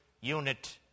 Unit